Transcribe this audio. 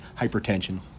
hypertension